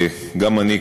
גם אני,